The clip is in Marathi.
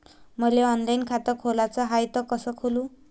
मले ऑनलाईन खातं खोलाचं हाय तर कस खोलू?